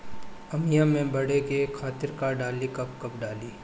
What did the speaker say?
आमिया मैं बढ़े के खातिर का डाली कब कब डाली?